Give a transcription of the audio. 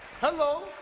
hello